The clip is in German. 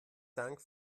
dank